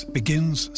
begins